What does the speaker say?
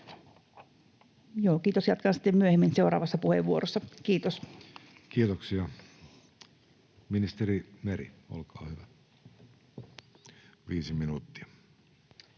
Kiitos, jatkan sitten myöhemmin seuraavassa puheenvuorossa. Kiitoksia. — Ministeri Meri, olkaa hyvä, viisi minuuttia.